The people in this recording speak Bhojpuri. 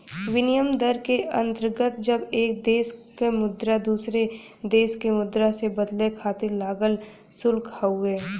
विनिमय दर के अंतर्गत जब एक देश क मुद्रा दूसरे देश क मुद्रा से बदले खातिर लागल शुल्क हउवे